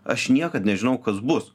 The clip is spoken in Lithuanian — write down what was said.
aš niekad nežinau kas bus